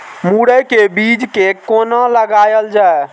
मुरे के बीज कै कोना लगायल जाय?